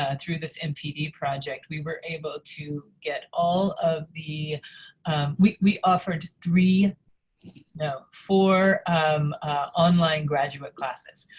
ah through this npd project, we were able to get all of the we we offered three you know for um online graduate classes.